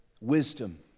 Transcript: wisdom